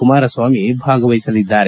ಕುಮಾರಸ್ವಾಮಿ ಭಾಗವಹಿಸಲಿದ್ದಾರೆ